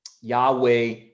Yahweh